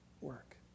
work